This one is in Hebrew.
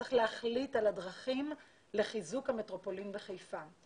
וצריך להחליט על הדרכים לחיזוק המטרופולין בחיפה.